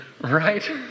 right